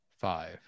Five